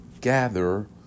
gather